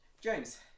James